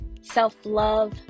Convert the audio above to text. self-love